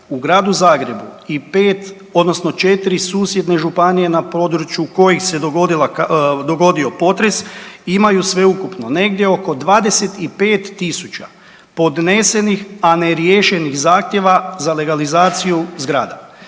u Gradu Zagrebu i 5 odnosno 4 susjedne županije na području kojih se dogodio potres imaju sveukupno negdje oko 25.000 podnesenih, a ne riješenih zahtjeva za legalizaciju zgrada.